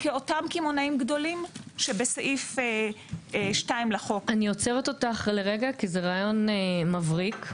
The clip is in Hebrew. כאותם קמעונאים גדולים שבסעיף 2 לחוק- -- זה רעיון מבריק,